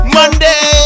Monday